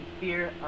fear